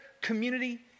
community